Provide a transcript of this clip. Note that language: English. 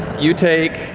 you take,